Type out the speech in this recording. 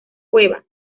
cueva